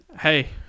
hey